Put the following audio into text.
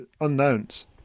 Unknowns